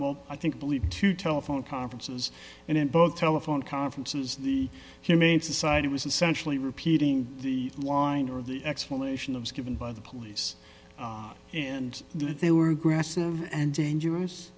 more i think believed to telephone conferences and in both telephone conferences the humane society was essentially repeating the line or the explanation of was given by the police and that they were aggressive and dangerous